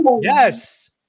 Yes